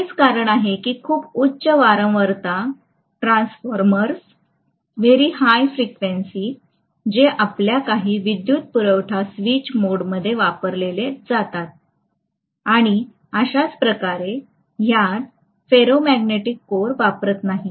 हेच कारण आहे की खूप उच्च वारंवारता ट्रान्सफॉर्मर्स जे आपल्या काही विद्युत पुरवठा स्विच मोडमध्ये वापरले जातात आणि अशाच प्रकारे ह्यात फेरोमॅग्नेटिक कोर वापरत नाहीत